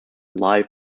live